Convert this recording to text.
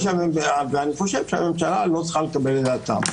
ואני חושב שהממשלה לא צריכה לקבל את דעתם.